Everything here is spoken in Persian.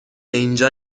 اینجا